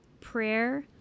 prayer